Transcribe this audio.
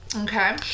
Okay